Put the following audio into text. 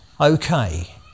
Okay